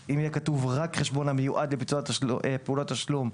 אם יהיה כתוב רק: "חשבון המיועד לביצוע פעולות תשלום"